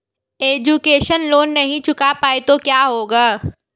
Education loan नहीं चुका पाए तो क्या होगा?